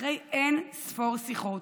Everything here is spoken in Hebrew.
אחרי אין-ספור שיחות,